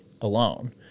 alone